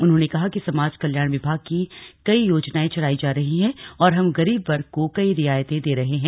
उन्होंने कहा कि समाज कल्याण विभाग की कई योजनाएं चलाई जा रही हैं और हम गरीब वर्ग को कई रियायतें दे रहे हैं